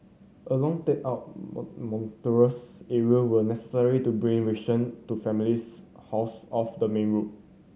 a long take up mountainous area were necessary to bring ration to families housed off the main road